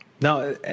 Now